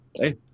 hey